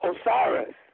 Osiris